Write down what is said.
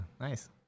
nice